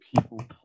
people